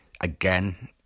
Again